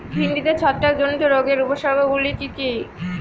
ভিন্ডিতে ছত্রাক জনিত রোগের উপসর্গ গুলি কি কী?